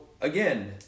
again